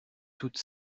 toute